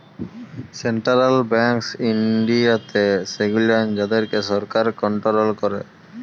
central banks ইনডিয়াতে সেগুলান যাদেরকে সরকার কনটোরোল ক্যারে